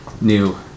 new